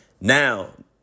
now